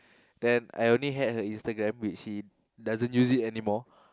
then I only had her Instagram which she doesn't use it anymore